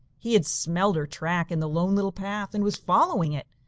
he had smelled her track in the lone little path and was following it.